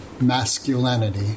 masculinity